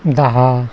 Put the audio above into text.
दहा